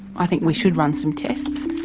i think we should run some tests,